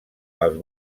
els